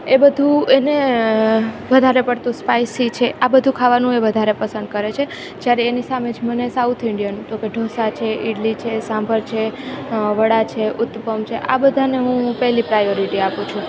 એ બધું એને વધારે પડતું સ્પાઈસી છે આ બધું ખાવાનું એ વધારે પસંદ કરે છે જ્યારે એની સામે જ મને સાઉથ ઈંડિયન તોકે ઢોંસા છે ઇડલી છે સાંભર છે વળા છે ઉત્તપમ છે આ બધાને હું પહેલી પ્રાયોરિટી આપું છું